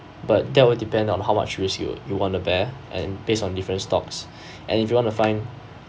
but that will depend on how much risk you want to bear and based on different stocks and if you want to find